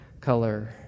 color